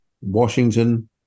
Washington